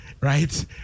right